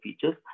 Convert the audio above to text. features